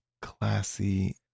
Classy